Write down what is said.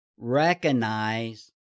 Recognize